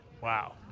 Wow